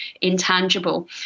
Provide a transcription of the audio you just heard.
intangible